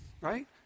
right